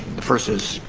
the first is,